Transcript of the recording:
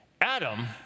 Adam